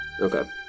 Okay